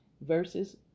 verses